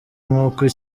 nk’uko